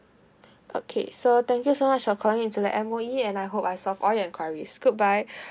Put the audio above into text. okay so thank you so much for calling into the M_O_E and I hope I've solved all your enquiries goodbye